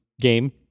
game